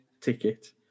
ticket